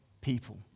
people